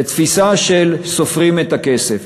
זו תפיסה של, סופרים את הכסף.